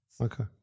Okay